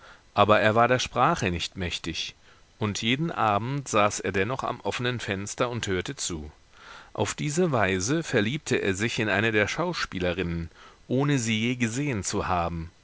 aber er war der sprache nicht mächtig und jeden abend saß er dennoch am offenen fenster und hörte zu auf diese weise verliebte er sich in eine der schauspielerinnen ohne sie je gesehen zu haben